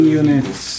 units